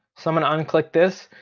so i'm gonna unclick this.